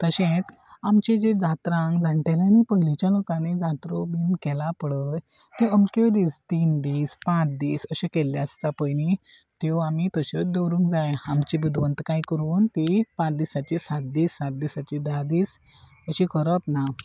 तशेंच आमचे जे जात्रांक जाण्टेल्यानी पयलींच्या लोकांनी जात्रो बीन केला पळय त्यो अमक्यो दीस तीन दीस पांच दीस अशे केल्ले आसता पयली त्यो आमी तश्योच दवरूंक जाय आमची बुदवंत काय करून ती पांच दिसाची सात दीस सात दिसाची धा दीस अशी करप ना